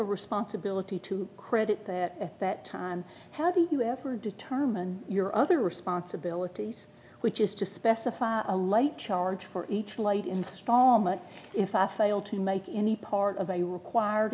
a responsibility to credit that at that time how do you ever determine your other responsibilities which is to specify a light charge for each light installment if i fail to make any part of a required